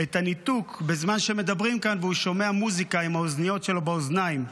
את הניתוק בזמן שמדברים כאן והוא שומע מוזיקה עם האוזניות שלו באוזניים,